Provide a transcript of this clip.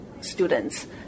students